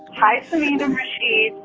hi, samin and hrishi.